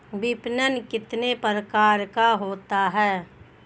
विपणन कितने प्रकार का होता है?